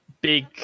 Big